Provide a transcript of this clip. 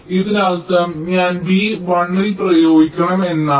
ഇതിനർത്ഥം ഞാൻ ബി 1 ൽ പ്രയോഗിക്കണം എന്നാണ്